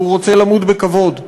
שהוא רוצה למות בכבוד.